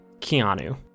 Keanu